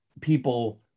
people